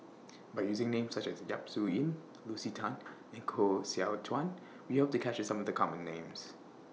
By using Names such as Yap Su Yin Lucy Tan and Koh Seow Chuan We Hope to capture Some of The Common Names